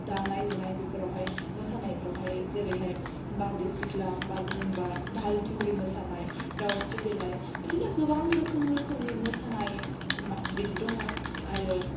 दामनाय देनाय बेफोरावहाय मोसानायफ्रावहाय जेरैहाइ बारदै सिख्ला बागुरुम्बा दाहाल थुंग्रि मोसानाय दावस्रि देलाय बिदिनो गोबां रोखोम रोखोमनि मोसानाय बिदि दङ आरो